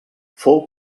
fou